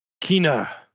Kina